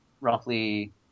roughly